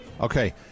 Okay